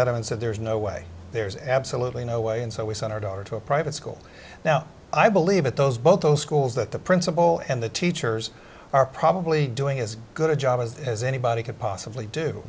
at him and said there's no way there's absolutely no way and so we send our daughter to a private school now i believe at those both those schools that the principal and the teachers are probably doing as good a job as anybody could possibly do